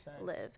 live